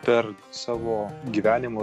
per savo gyvenimo